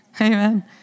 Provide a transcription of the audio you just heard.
Amen